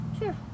Sure